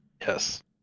yes